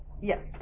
Yes